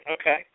Okay